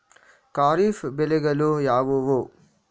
ಖಾರಿಫ್ ಬೆಳೆಗಳು ಯಾವುವು?